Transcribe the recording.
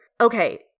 Okay